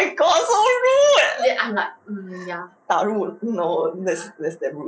oh my god so rude but rude though that's damn rude